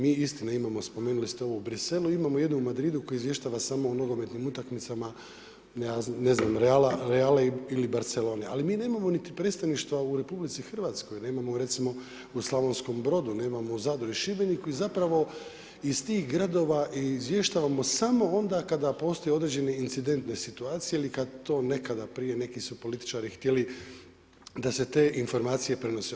Mi istina, imamo spomenuli ste ovo u Bruxellesu, imamo jednu u Madridu koja izvještava samo o nogometnim utakmicama Reala ili Barcelone, ali mi nemamo niti predstavništava u RH, nemamo recimo u Slavonskom Brodu, nemamo u Zadru i Šibeniku i zapravo iz tih gradova i izvještavamo samo onda kada postoje određen incidentne situacije ili kad to nekada prije neki su političari htjeli da se te informacije prenose.